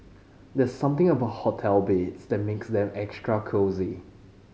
there's something about hotel beds that makes them extra cosy